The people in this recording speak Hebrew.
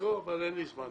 אין לי יותר זמן.